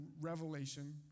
Revelation